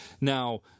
now